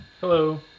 Hello